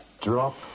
Drop